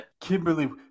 Kimberly